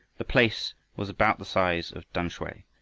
the place was about the size of tamsui,